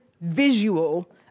visual